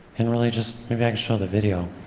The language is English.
and really just, maybe i can show the video,